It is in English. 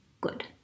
good